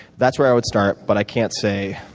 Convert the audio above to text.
that's where i would start. but i can't say